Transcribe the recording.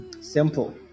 Simple